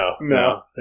No